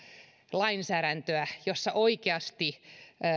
lainsäädäntöä jossa oikeasti